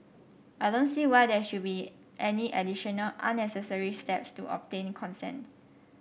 I don't see why there should be any additional unnecessary steps to obtain consent